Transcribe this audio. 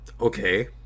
Okay